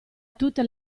tutte